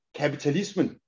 kapitalismen